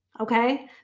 Okay